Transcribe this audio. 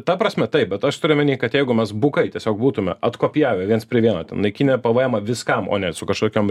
ta prasme taip bet aš turiu omeny kad jeigu mes bukai tiesiog būtume atkopijavę viens prie vieno ten naikinę pvmą viskam o ne su kažkokiom